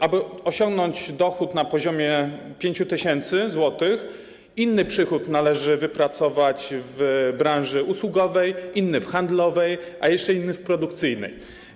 Aby osiągnąć dochód na poziomie 5 tys. zł, inny przychód należy wypracować w branży usługowej, inny w handlowej, a jeszcze inny w produkcyjnej.